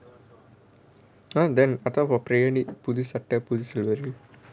no then புது சட்டை புது சல்வார் வேணும்:puthu sattai puthu salwar venum